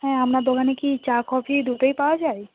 হ্যাঁ আপনার দোকানে কি চা কফি দুটোই পাওয়া যায়